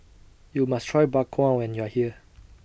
YOU must Try Bak Kwa when YOU Are here